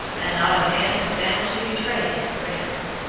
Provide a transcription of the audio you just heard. and not a man was found to betray his prince.